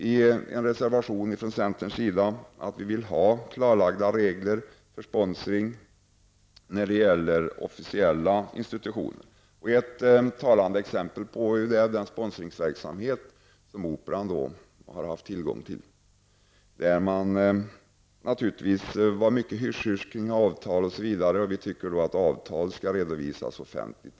I reservation 11 kräver centern klara regler för sponsring av offentliga institutioner. Ett talande exempel är här sponsringen av Operan. Det var mycket hysch-hysch kring de avtalen, och vi tycker att avtal med offentliga institutioner inte skall vara hemliga.